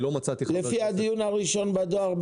לא מצאתי --- לפי הדיון הראשון בדואר,